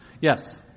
Yes